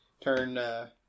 turn